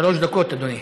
אדוני.